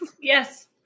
Yes